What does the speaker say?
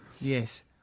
Yes